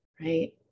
right